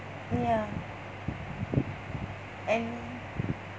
ya and